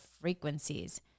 frequencies